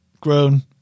grown